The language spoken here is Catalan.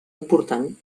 important